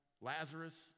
Lazarus